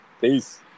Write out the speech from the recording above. Peace